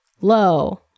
low